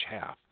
half